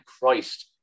Christ